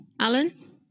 Alan